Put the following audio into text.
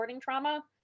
trauma